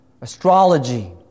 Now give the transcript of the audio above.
astrology